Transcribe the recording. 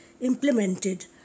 implemented